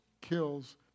kills